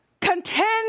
contend